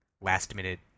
last-minute